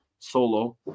Solo